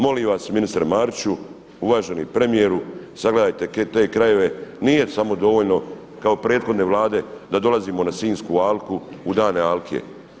Molim vas ministre Mariću, uvaženi premijeru, sagledajte te krajeve, nije samo dovoljno kao prethodne Vlade da dolazimo na Sinjsku alku u dane alke.